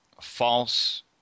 false